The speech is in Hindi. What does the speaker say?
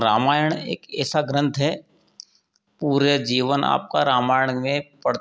रामायण एक ऐसा ग्रंथ है पूरा जीवन आपका रामायण में पढ़